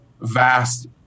vast